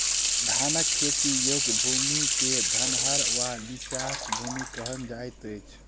धानक खेती योग्य भूमि क धनहर वा नीचाँस भूमि कहल जाइत अछि